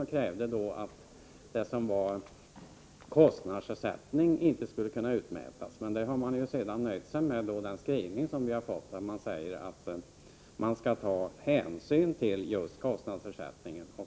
Där fanns det krav på att kostnadsersättning inte skulle kunna utmätas, men moderaterna har sedan nöjt sig med utskottets skrivning, och det sägs att hänsyn skall tas till kostnadsersättning.